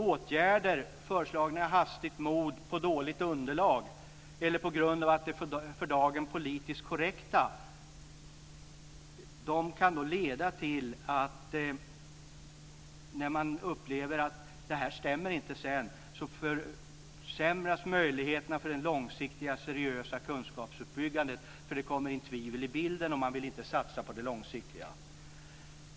Åtgärder föreslagna i hastigt mod på dåligt underlag eller på grund av att de är för dagen politiskt korrekta kan när man upplever att de inte stämmer försämra möjligheten till det långsiktiga seriösa kunskapsuppbyggandet. Det kommer in tvivel i bilden, och man vill inte satsa på det långsiktiga.